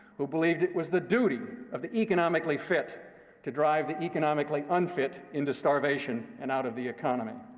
who believed it was the duty of the economically fit to drive the economically unfit into starvation and out of the economy.